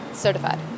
certified